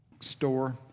store